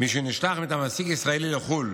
מי שנשלח מטעם נציג ישראלי לחו"ל